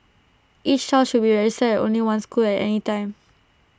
each child should be registered at only one school at any time